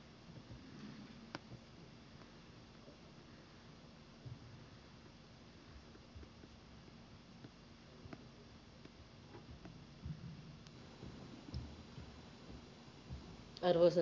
arvoisa puhemies